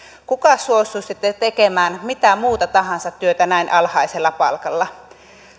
kuka suostuisi tekemään mitä muuta tahansa työtä näin alhaisella palkalla